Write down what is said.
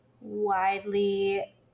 widely